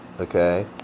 okay